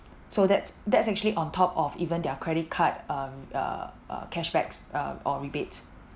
so that's that's actually on top of even their credit card um uh uh cashbacks uh or rebates